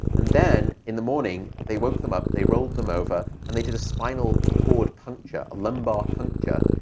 and then, in the morning, they woke them up, they rolled them over, and they did a spinal cord puncture, a lumbar puncture,